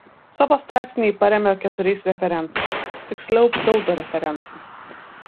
savo straipsnį ji paremia keturiais referencais tiksliau pseudo referencais